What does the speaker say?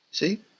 See